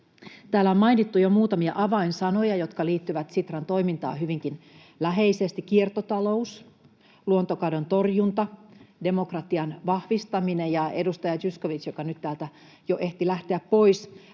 Täällä on mainittu jo muutamia avainsanoja, jotka liittyvät Sitran toimintaan hyvinkin läheisesti: kiertotalous, luontokadon torjunta, demokratian vahvistaminen. Ja edustaja Zyskowicz — joka nyt täältä jo ehti lähteä pois